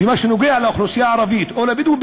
במה שנוגע לאוכלוסייה הערבית או לבדואים,